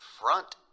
front